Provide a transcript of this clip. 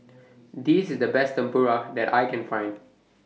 This IS The Best Tempura that I Can Find